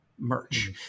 merch